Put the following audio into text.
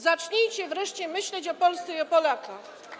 Zacznijcie wreszcie myśleć o Polsce i o Polakach.